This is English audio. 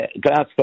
Glasgow